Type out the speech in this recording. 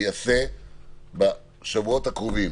בשבועות הקרובים